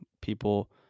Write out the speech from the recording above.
People